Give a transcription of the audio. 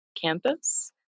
campus